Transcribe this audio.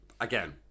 again